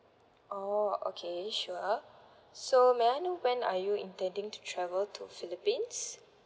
oh okay sure so may I know when are you intending to travel to philippines